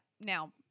now